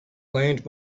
land